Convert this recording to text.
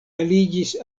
aliĝis